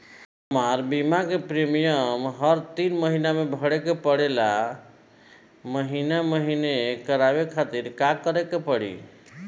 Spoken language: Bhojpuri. हमार बीमा के प्रीमियम हर तीन महिना में भरे के पड़ेला महीने महीने करवाए खातिर का करे के पड़ी?